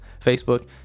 Facebook